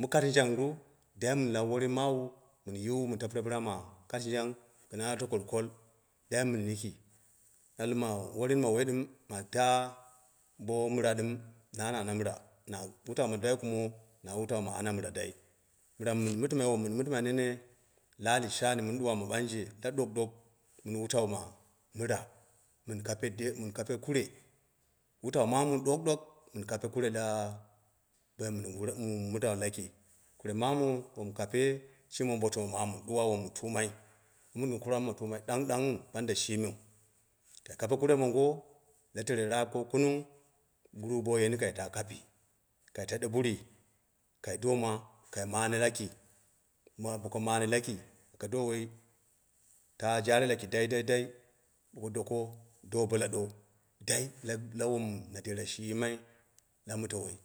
Mɨ katingjanru dai mo lau worin mawa min yiwu mɨn tapire pɨra ma katma jan gɨn ana tokor kool dai min yiki. Ɓala ma worin ma woi ɗim mata bo mira ɗɨm, na na namɨra, na wutau ma dwai kumo na wutau mana mira dai, mira mɨ mɨn mitimai mɨn mɨtimnene la ali shani mɨn mɨn ɗuwama ɓangge la ɗonɗok, mɨn wutau ma mira, mɨn kape de, mɨn kape kure, wuta u mamu mɨ ɗokɗok mɨn kape kure la boim mɨn mira laki, kure mamu bo mu kape, shimi wombo tam mamu. duwa wom min tumai, woi min gɨn wombo tuma dangdangnghu banda shi meu. Kai kape kuremongole tere raap ko kunung guru boi bo yini kaita kapi. kai kaɗe burui kai dooma, kai mane laki, mu boka mane laki kai do ta woi, jaare laki dai- dai- dai. bo ko duko do bo laɗo dai bo wom na dera shi yimai la mɨte wai